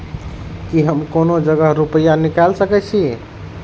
की हम कोनो जगह रूपया निकाल सके छी?